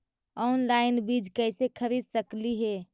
Online बीज कईसे खरीद सकली हे?